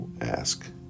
ask